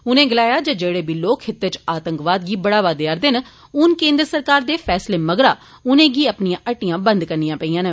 उनें गलाया जे जेड़े बी लोक खित्ते इच आतंवकाद गी बढ़ावा देआ रदे हे हुन केंद्र सरकार दे फैसले मगरा उनेंगी अपनियां हट्टियां बंद करनियां पेइयां न